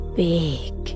big